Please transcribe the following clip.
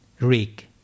rig